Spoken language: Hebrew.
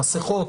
המסכות,